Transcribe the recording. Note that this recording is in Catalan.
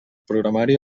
programari